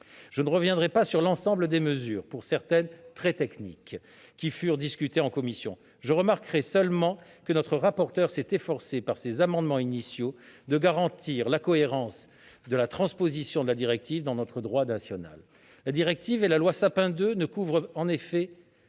Je ne reviendrai pas sur l'ensemble des mesures, pour certaines très techniques, qui ont été discutées en commission. Je remarquerai seulement que notre rapporteur s'est efforcé, par ses amendements initiaux, de garantir la cohérence de la transposition de la directive dans notre droit national. La directive et la loi Sapin II ne couvrent en effet